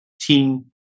team